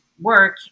work